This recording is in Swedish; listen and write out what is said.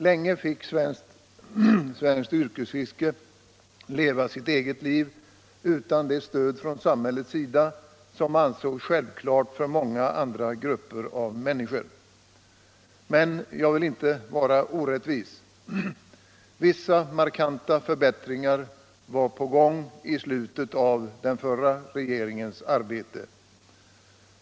Länge fick svenskt yvrkesfiske leva sitt eget liv utan det stöd från samhällets sida som ansågs självklart för många andra grupper av människor. Men jag vill inte vara orättvis. Vissa markanta förbättringar var på gång i slutet av den förra regeringens arbete.